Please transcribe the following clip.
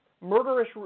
murderous